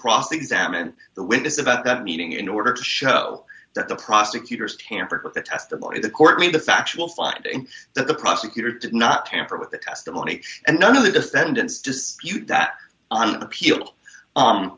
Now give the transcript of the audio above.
cross examine the witness about that meeting in order to show that the prosecutors tampered with the testimony the court made the factual finding that the prosecutor did not tamper with the testimony and none of the defendants dispute that on appeal